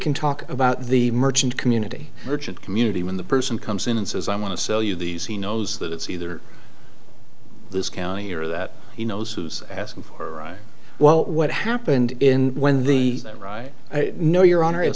can talk about the merchant community church and community when the person comes in and says i want to sell you these he knows that it's either this county or that he knows who's asking for well what happened in when the right no your honor if